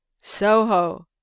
Soho